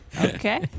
Okay